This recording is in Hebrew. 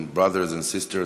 and brothers and sisters.